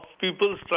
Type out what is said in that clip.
people's